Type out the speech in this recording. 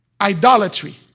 idolatry